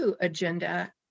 agenda